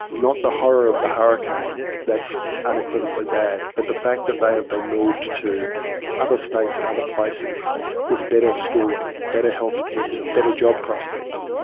not the horror of the hurricane, that's unequivocally bad, but the fact that they have been moved to other states and other places with better schooling, better health care, better job prospects,